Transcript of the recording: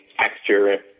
texture